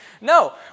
No